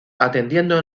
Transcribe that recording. atendiendo